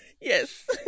Yes